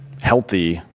healthy